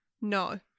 No